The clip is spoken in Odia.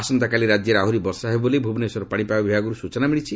ଆସନ୍ତାକାଲି ରାଜ୍ୟରେ ଆହୁରି ବର୍ଷା ହେବ ବୋଲି ଭୁବନେଶ୍ୱର ପାଣିପାଗ ବିଭାଗରୁ ସୂଚନା ମିଳିଛି